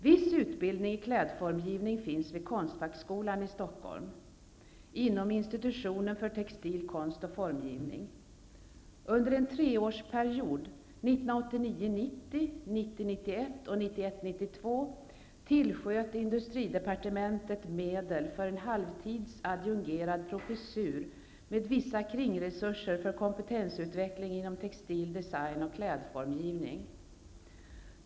Viss utbildning i klädformgivning finns vid Konstfackskolan i Stockholm inom institutionen för textil konst och formgivning. Under en treårsperiod, 1989 91 och 1991/92, tillsköt industridepartementet medel för en halvtids, adjungerad professur med vissa kringresurser för kompetensutveckling inom textil design och klädformgivning.